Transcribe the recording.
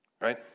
Right